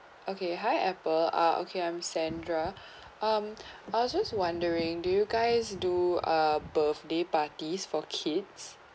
okay hi apple ah okay I'm sandra um I was just wondering do you guys do uh birthday parties for kids